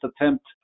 attempt